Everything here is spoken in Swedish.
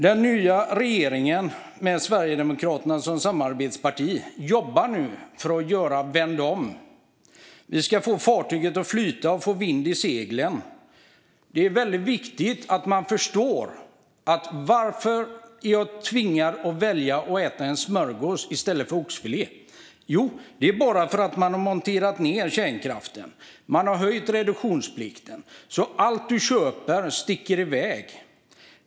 Den nya regeringen med Sverigedemokraterna som samarbetsparti jobbar nu för att göra helt om. Vi ska få fartyget att flyta och få vind i seglen. Det är väldigt viktigt att förstå varför väljare tvingas äta en smörgås i stället för oxfilé. Jo, det är för att man har monterat ned kärnkraften och höjt reduktionsplikten. Allt vi köper sticker iväg.